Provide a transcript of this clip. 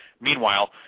Meanwhile